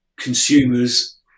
consumers